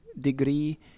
degree